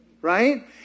right